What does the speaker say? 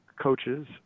coaches